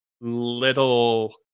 little